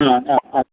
ആ ആ ആ